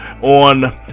on